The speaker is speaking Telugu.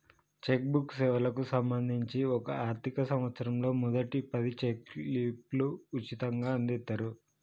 చెక్ బుక్ సేవలకు సంబంధించి ఒక ఆర్థిక సంవత్సరంలో మొదటి పది చెక్ లీఫ్లు ఉచితంగ అందిత్తరు